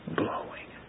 blowing